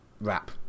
wrap